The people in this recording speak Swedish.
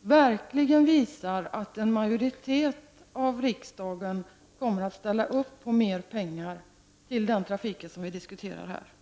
verkligen visar att en majoritet av riksdagens ledamöter kommer att ställa sig bakom ett förslag om mer pengar till den trafik som vi här diskuterar.